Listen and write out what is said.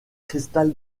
cristal